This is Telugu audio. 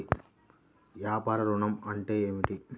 వ్యాపార ఋణం అంటే ఏమిటి?